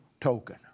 token